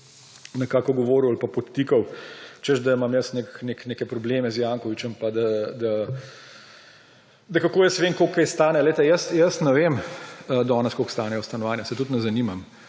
nekako govoril ali pa podtikal, češ da imam jaz neke probleme z Jankovićem, da kako jaz vem, koliko kaj stane. Jaz ne vem danes, koliko stanejo stanovanja, se tudi ne zanimam.